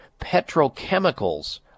petrochemicals